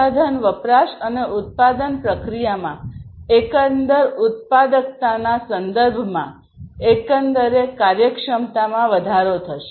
સંસાધન વપરાશ અને ઉત્પાદન પ્રક્રિયામાં એકંદર ઉત્પાદકતાના સંદર્ભમાં એકંદરે કાર્યક્ષમતામાં વધારો થશે